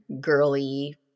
girly